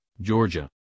Georgia